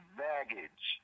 baggage